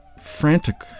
frantic